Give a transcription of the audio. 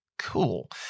Cool